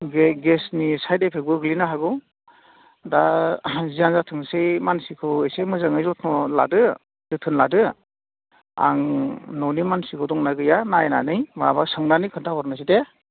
बे गेसनि साइड इफेक्टबो जानो हागौ दा जियानो जाथोंसै मानसिखौ एसे मोजाङै जथ्न' लादो जोथोन लादो आं न'नि मानसिखौ दंना गैया नायनानै माबा सोंनानै खोन्थाहरनोसै दे